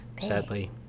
sadly